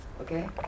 Okay